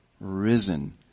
risen